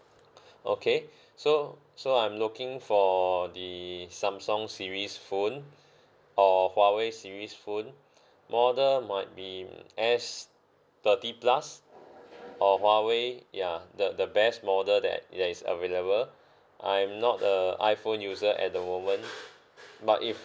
okay so so I'm looking for the samsung series phone or huawei series phone model might be S thirty plus or huawei ya the the best model that that is available I'm not a iphone user at the moment but if